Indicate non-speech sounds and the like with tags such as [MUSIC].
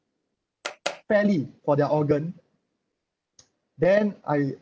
fairly for their organ [NOISE] then I